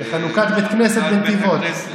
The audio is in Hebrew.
בחנוכת בית כנסת בנתיבות.